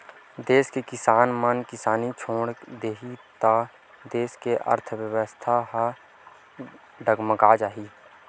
देस के किसान मन किसानी छोड़ देही त देस के अर्थबेवस्था ह डगमगा जाही